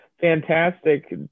fantastic